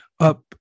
up